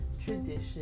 Tradition